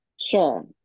sure